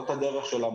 זאת הדרך שלנו.